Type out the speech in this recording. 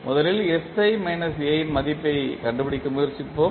முதலில் sI A இன் மதிப்பைக் கண்டுபிடிக்க முயற்சிப்போம்